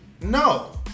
no